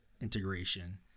integration